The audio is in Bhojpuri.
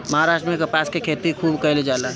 महाराष्ट्र में कपास के खेती खूब कईल जाला